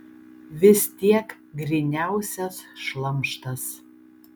vis tiek gryniausias šlamštas